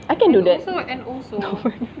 I can do that